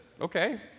okay